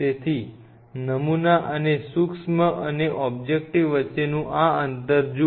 તેથી નમૂના અને સૂક્ષ્મ અને ઓબ્જેક્ટિવ વચ્ચેનું આ અંતર જુઓ